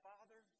Father